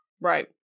Right